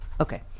Okay